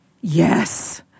yes